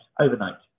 overnight